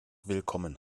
willkommen